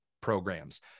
programs